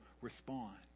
respond